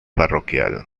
parroquial